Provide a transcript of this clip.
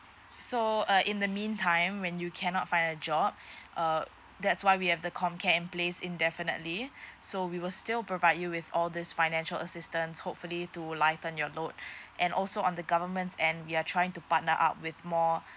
so uh in the meantime when you cannot find a job err that's why we have the comcare in place indefinitely so we will still provide you with all these financial assistance hopefully to lighten your load and also on the government's end we are trying to partner up with more